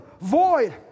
void